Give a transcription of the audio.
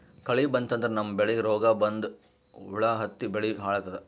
ಕಳಿ ಬಂತಂದ್ರ ನಮ್ಮ್ ಬೆಳಿಗ್ ರೋಗ್ ಬಂದು ಹುಳಾ ಹತ್ತಿ ಬೆಳಿ ಹಾಳಾತದ್